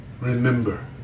Remember